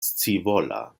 scivola